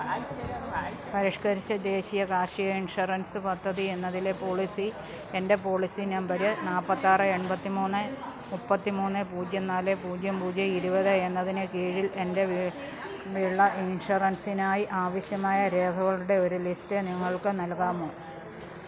പരിഷ്കരിച്ച ദേശീയ കാർഷിക ഇൻഷുറൻസ് പദ്ധതി എന്നതിലെ പോളിസി എൻ്റെ പോളിസി നമ്പർ നാൽപ്പത്താറ് എൺപത്തിമൂന്ന് മുപ്പത്തിമൂന്ന് പൂജ്യം നാല് പൂജ്യം പൂജ്യം ഇരുപത് എന്നതിന് കീഴിൽ എൻ്റെ വി വിള ഇൻഷുറൻസിനായി ആവശ്യമായ രേഖകളുടെ ഒരു ലിസ്റ്റ് നിങ്ങൾക്ക് നൽകാമോ